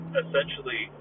essentially